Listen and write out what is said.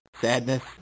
sadness